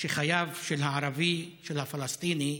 שחייו של הערבי, של הפלסטיני,